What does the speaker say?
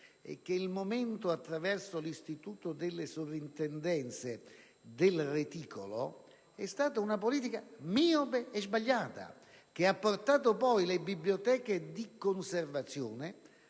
del reticolo attraverso l'istituto delle sovrintendenze, è stata una politica miope e sbagliata, che ha portato poi le biblioteche di conservazione